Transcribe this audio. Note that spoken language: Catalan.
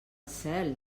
cel